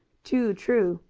too true!